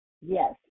yes